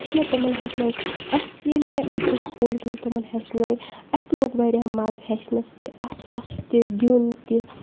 چھِ مےٚ تِمَن ہیٚچھنٲومٕتۍ اَسہِ ییٚلہِ مےٚ اَکہِ دۄہ سکوٗلَس منٛز تِمَن ہیٚچھنٲے اَسہِ لوٚگ واریاہ مَزٕ ہیٚچھنَس تہِ اَسہِ اَسُہ تہِ گیُنٛد تہِ